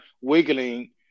wiggling